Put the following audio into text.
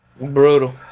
Brutal